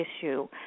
issue